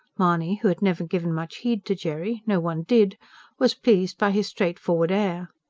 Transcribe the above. mahony, who had never given much heed to jerry no one did was pleased by his straightforward air.